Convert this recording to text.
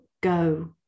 go